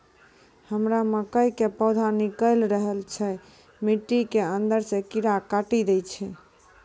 हमरा मकई के पौधा निकैल रहल छै मिट्टी के अंदरे से कीड़ा काटी दै छै?